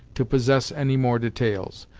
to possess any more details.